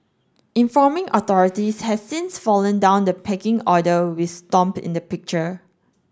informing authorities has since fallen down the pecking order with Stomp in the picture